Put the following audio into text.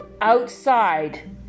outside